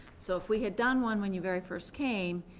so if we had done one when you very first came,